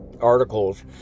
articles